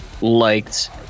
liked